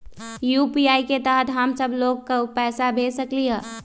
UPI के तहद हम सब लोग को पैसा भेज सकली ह?